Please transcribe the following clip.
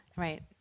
Right